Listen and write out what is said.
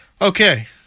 Okay